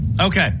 Okay